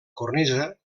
cornisa